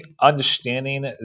understanding